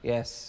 Yes